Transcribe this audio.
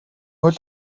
хөл